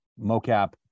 mocap